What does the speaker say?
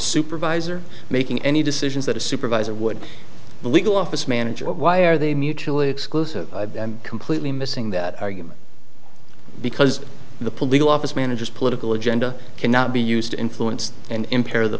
supervisor making any decisions that a supervisor would the legal office manager why are they mutually exclusive completely missing that argument because the police office managers political agenda cannot be used to influence and impair the